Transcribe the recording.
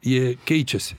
jie keičiasi